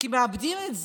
כי מאבדים את זה.